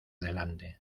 delante